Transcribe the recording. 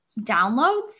downloads